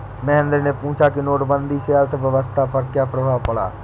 महेंद्र ने पूछा कि नोटबंदी से अर्थव्यवस्था पर क्या प्रभाव पड़ा